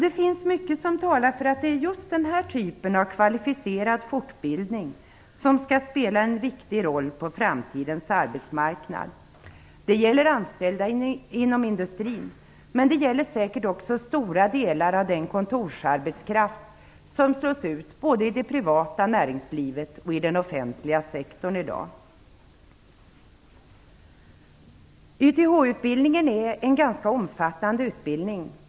Det finns mycket som talar för att det är just den här typen av kvalificerad fortbildning som skall spela en viktig roll på framtidens arbetsmarknad. Det gäller anställda inom industrin, men det gäller säkert också stora delar av den kontorsarbetskraft som i dag slås ut både i det privata näringslivet och i den offentliga sektorn. YTH-utbildningen är en ganska omfattande utbildning.